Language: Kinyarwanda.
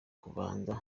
kubanza